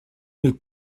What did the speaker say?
mil